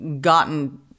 gotten